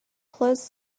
closed